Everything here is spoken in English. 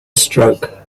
stroke